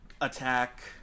attack